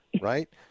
right